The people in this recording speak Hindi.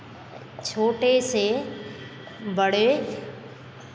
छोटे से बड़े